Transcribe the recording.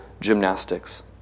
gymnastics